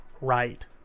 right